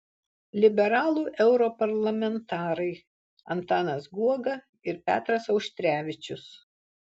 liberalų europarlamentarai antanas guoga ir petras auštrevičius